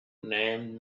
named